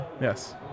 yes